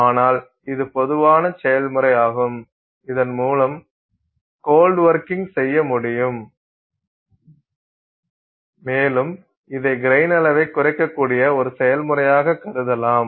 ஆனால் இது பொதுவான செயல்முறையாகும் இதன் மூலம் கோல்ட் வொர்கிங் செய்ய முடியும் மேலும் இதை கிரைனின் அளவைக் குறைக்கக்கூடிய ஒரு செயல்முறையாகக் கருதலாம்